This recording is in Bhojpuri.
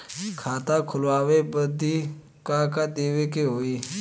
खाता खोलावे बदी का का देवे के होइ?